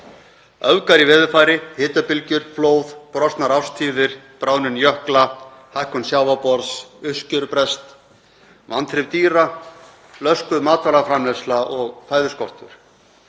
öfgar í veðurfari, hitabylgjur, flóð, brostnar árstíðir, bráðnun jökla, hækkun sjávarborðs, uppskerubrestur, vanþrif dýra, löskuð matvælaframleiðsla og fæðuskortur.